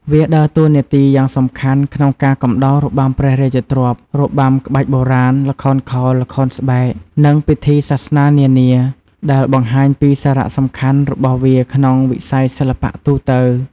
វាដើរតួនាទីយ៉ាងសំខាន់ក្នុងការកំដររបាំព្រះរាជទ្រព្យ របាំក្បាច់បុរាណ ល្ខោនខោល ល្ខោនស្បែក និងពិធីសាសនានាដែលបង្ហាញពីសារៈសំខាន់របស់វាក្នុងវិស័យសិល្បៈទូទៅ។